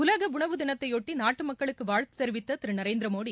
உலக உணவு தினத்தைபொட்டி நாட்டு மக்களுக்கு வாழ்த்து தெரிவித்த திரு நரேந்திரமோடி